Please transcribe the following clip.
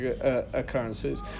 occurrences